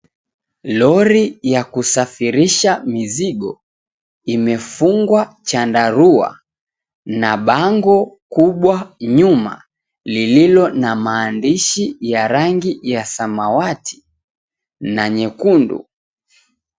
Lori ya kusafirisha mizigo imefungwa chandarua na bango kubwa nyuma lililo na maandishi ya rangi ya samawati na nyekundu.